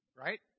Right